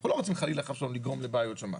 אנחנו לא רוצים חלילה לגרום לבעיות שם.